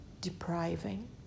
depriving